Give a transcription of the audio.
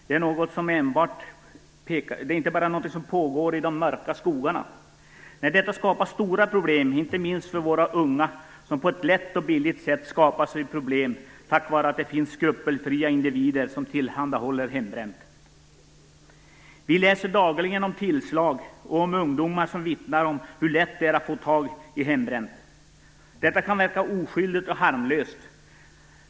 Det är inte bara något som pågår i de mörka skogarna. Det skapar stora problem, inte minst för våra unga som på ett lätt och billigt sätt får problem på grund av att det finns skrupelfria individer som tillhandahåller hembränt. Vi läser dagligen om tillslag. Ungdomar vittnar om hur lätt det är att få tag i hembränt. Detta kan verka oskyldigt och harmlöst.